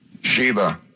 Sheba